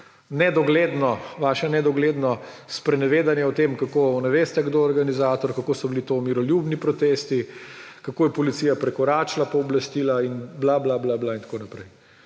to vaše nedogledno sprenevedanje o tem, kako ne veste, kdo je organizator, kako so bili to miroljubni protesti, kako je policija prekoračila pooblastila in bla, bla, bla in tako naprej.